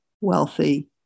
Wealthy